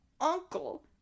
uncle